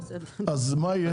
אז מה יהיה?